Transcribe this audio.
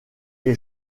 est